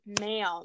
ma'am